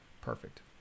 Perfect